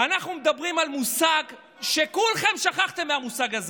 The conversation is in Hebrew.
אנחנו מדברים על מושג שכולכם שכחתם ממנו: